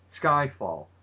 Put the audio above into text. Skyfall